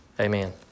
Amen